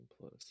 plus